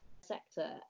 sector